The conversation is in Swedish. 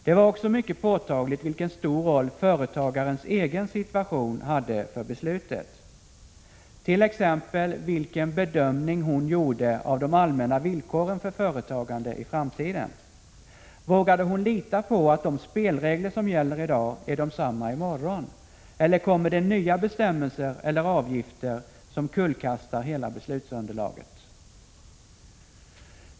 Det var också mycket påtagligt vilken stor roll företagarens egen situation hade för beslutet, t.ex. vilken bedömning hon gjorde av de allmänna villkoren för företagandet i framtiden. Vågade hon lita på att de spelregler som gäller i dag är desamma i morgon, eller kommer det nya bestämmelser eller avgifter som kullkastar hela beslutsunderlaget?